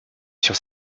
sur